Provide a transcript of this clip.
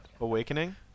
Awakening